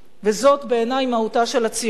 וזאת בעיני מהותה של הציונות.